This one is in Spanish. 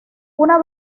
una